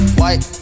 white